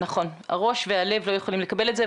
נכון, הראש והלב לא יכולים לקבל את זה.